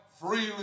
freely